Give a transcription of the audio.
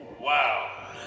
wow